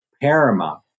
Paramount